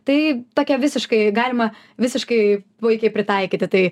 tai tokia visiškai galima visiškai puikiai pritaikyti tai